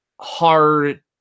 hard